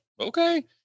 Okay